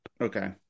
okay